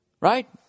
Right